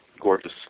gorgeous